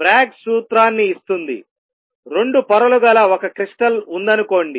brag సూత్రాన్ని ఇస్తుంది2 పొరలు గల ఒక క్రిస్టల్ ఉందనుకోండి